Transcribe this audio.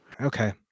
Okay